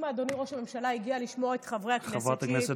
אם אדוני ראש הממשלה הגיע לשמוע את חברי הכנסת,